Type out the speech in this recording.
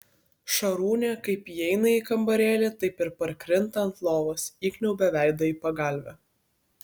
šarūnė kaip įeina į kambarėlį taip ir parkrinta ant lovos įkniaubia veidą į pagalvę